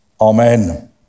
Amen